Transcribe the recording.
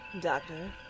Doctor